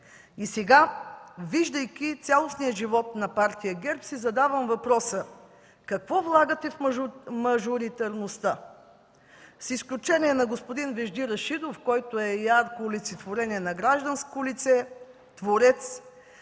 Сега, виждайки цялостния живот на партия ГЕРБ, си задавам въпроса: какво влагате в мажоритарността? С изключение на господин Вежди Рашидов, който е ярко олицетворение на гражданско лице, творец,